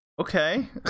Okay